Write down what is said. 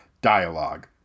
dialogue